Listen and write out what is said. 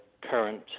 current